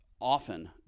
often